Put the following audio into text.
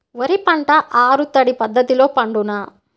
వరి పంట ఆరు తడి పద్ధతిలో పండునా?